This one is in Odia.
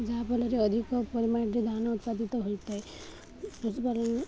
ଯାହାଫଳରେ ଅଧିକ ପରିମାଣରେ ଧାନ ଉତ୍ପାଦିତ ହୋଇଥାଏ ପଶୁପାଲନ